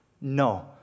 No